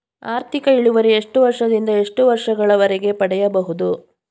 ಆರ್ಥಿಕ ಇಳುವರಿ ಎಷ್ಟು ವರ್ಷ ದಿಂದ ಎಷ್ಟು ವರ್ಷ ಗಳವರೆಗೆ ಪಡೆಯಬಹುದು?